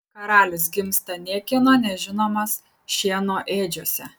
karalius gimsta niekieno nežinomas šieno ėdžiose